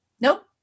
nope